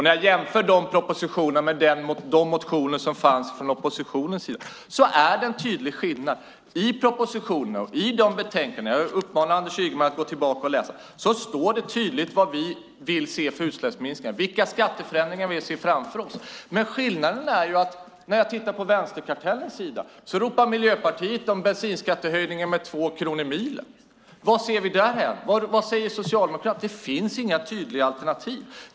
När jag jämför de propositionerna med de motioner som fanns från oppositionen är det en tydlig skillnad. I propositionerna och i betänkandena - jag uppmanar Anders Ygeman att gå tillbaka och läsa dem - står det tydligt vilka utsläppsminskningar som vi vill se och vilka skatteförändringar som vi ser framför oss. Men skillnaden är att när jag tittar på vänsterkartellens sida ropar Miljöpartiet på bensinskattehöjningar med 2 kronor milen. Vad säger Socialdemokraterna? Det finns inga tydliga alternativ.